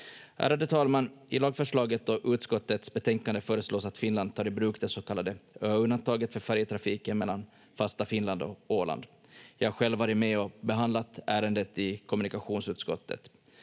Ärade talman! I lagförslaget och utskottets betänkande föreslås att Finland tar i bruk det så kallade ö-undantaget för färjetrafiken mellan fasta Finland och Åland. Jag har själv varit med och behandlat ärendet i kommunikationsutskottet.